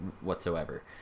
whatsoever